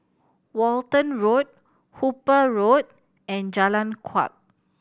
Walton Road Hooper Road and Jalan Kuak